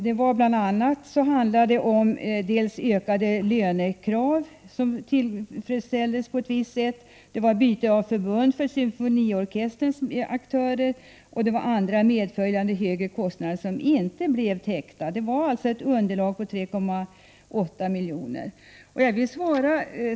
Det var fråga om dels ökade lönekrav, som tillfredsställdes på ett visst sätt, dels bidrag till symfoniorkesterns aktörer och andra ökade kostnader, som inte blev täckta. Underlaget visade en siffra på 3,8 milj.kr.